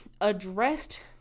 addressed